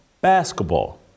basketball